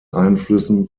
einflüssen